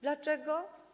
Dlaczego?